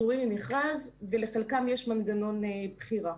פטורים ממכרז ולחלקם יש מנגנון בחירה,